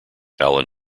alan